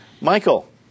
Michael